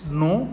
no